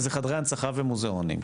זה חדרי הנצחה ומוזיאונים,